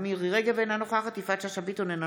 אינו